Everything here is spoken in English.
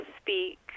speak